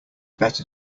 better